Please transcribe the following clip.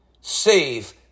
save